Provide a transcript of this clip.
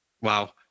Wow